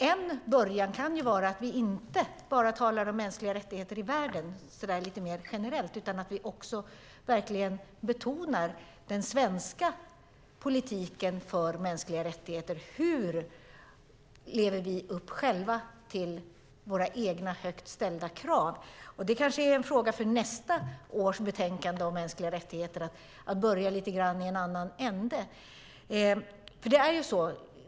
En början kan ju vara att vi inte bara talar om mänskliga rättigheter i världen mer generellt utan att vi också verkligen betonar den svenska politiken för mänskliga rättigheter. Hur lever vi själva upp till våra egna högt ställda krav? Det kanske är en fråga för nästa års betänkande om mänskliga rättigheter, att börja lite grann i en annan ände.